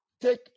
take